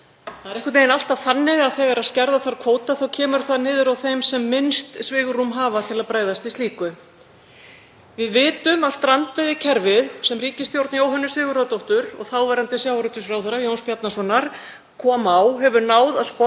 Það er einhvern veginn alltaf þannig að þegar skerða þarf kvóta þá kemur það niður á þeim sem minnst svigrúm hafa til að bregðast við slíku. Við vitum að strandveiðikerfið sem ríkisstjórn Jóhönnu Sigurðardóttur og þáverandi sjávarútvegsráðherra, Jóns Bjarnasonar, kom á hefur náð að sporna